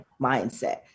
mindset